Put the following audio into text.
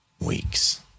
weeks